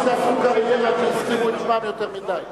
היו המון אנשים שעשו קריירה כי הזכירו את שמם יותר מדי.